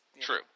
True